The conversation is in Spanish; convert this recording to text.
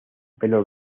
pelos